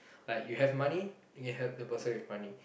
like you have money you can help the person with money